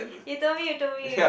you told me you told me